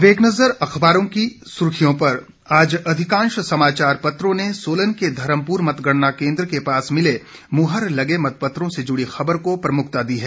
अब एक नजर अखबारों की सुर्खियों पर आज अधिकांश समाचार पत्रों ने सोलन के धर्मपुर मतगणना केंद्र के पास मिले मुहर लगे मतपत्रों से जुड़ी खबर को प्रमुखता दी है